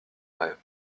rêve